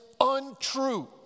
untrue